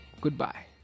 Goodbye